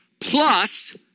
plus